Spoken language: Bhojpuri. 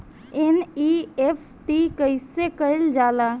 एन.ई.एफ.टी कइसे कइल जाला?